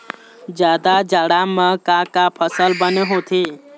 जादा जाड़ा म का का फसल बने होथे?